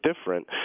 different